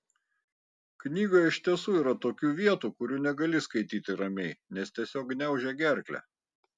knygoje iš tiesų yra tokių vietų kurių negali skaityti ramiai nes tiesiog gniaužia gerklę